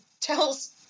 tells